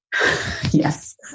Yes